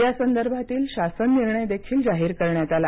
यासंदर्भातील शासन निर्णय देखील जाहीर करण्यात आला